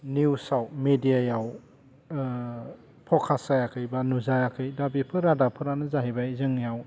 निउसआव मेदियायाव फकास जायाखै बा नुजायाखै दा बेफोर रादाबफ्रानो जाहैबाय जोंनियाव